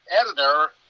editor